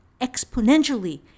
exponentially